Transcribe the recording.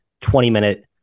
20-minute